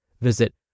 Visit